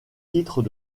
titres